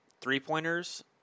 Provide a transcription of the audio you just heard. three-pointers